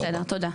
תודה.